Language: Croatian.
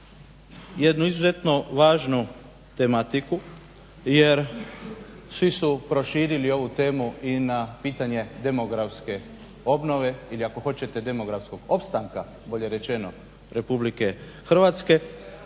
jednu izuzetno važnu tematiku jer svi su proširili ovu temu i na pitanje demografske obnove ili ako hoćete demografskog opstanka bolje rečeno Republike Hrvatske,